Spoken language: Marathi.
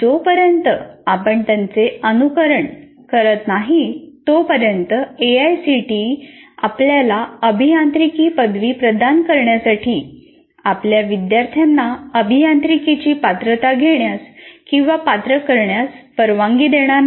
जोपर्यंत आपण त्याचे अनुसरण करीत नाही तोपर्यंत एआयसीटीई आपल्याला अभियांत्रिकी पदवी प्रदान करण्यासाठी आपल्या विद्यार्थ्यांना अभियांत्रिकीची पात्रता घेण्यास किंवा पात्र करण्यास परवानगी देणार नाही